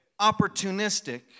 opportunistic